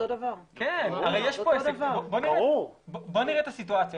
בואו נראה את הסיטואציה.